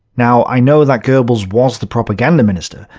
now i know that goebbels was the propaganda minister,